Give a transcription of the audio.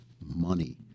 money